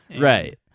right